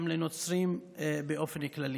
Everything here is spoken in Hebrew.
גם לנוצרים באופן כללי.